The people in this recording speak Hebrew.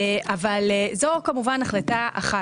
זו כמובן החלטה אחת.